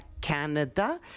Canada